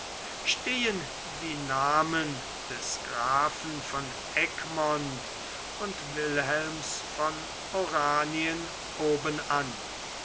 stehen die namen des grafen von egmont und wilhelms von oranien oben